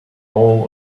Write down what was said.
all